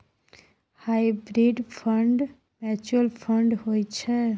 hybrid fund mutual fund होइ छै